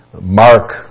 mark